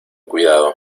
cuidado